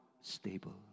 stable